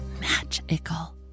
magical